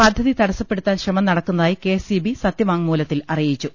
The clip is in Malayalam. പദ്ധതി തട സ്സ്പ്പെടുത്താൻ ശ്രമം നടക്കുന്നതായി കെഎസ്ഇബി സത്യവാ ങ്മൂലത്തിൽ അറിയിച്ചു